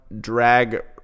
drag